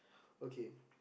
okay